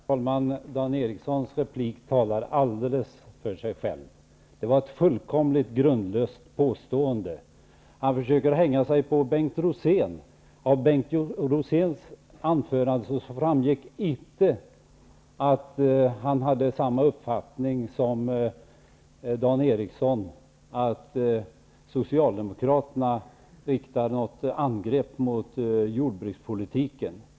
Herr talman! Dan Ericssons replik talar alldeles för sig själv. Det var ett fullkomligt grundlöst påstående. Nu försöker han hänga sig på Bengt Rosén. Av Bengt Roséns anförande framgick inte att han skulle ha samma uppfattning som Dan Ericsson, att Socialdemokraterna riktar något angrepp mot jordbrukspolitiken.